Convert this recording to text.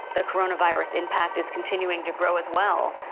the coronavirus impact is continuing to grow as well.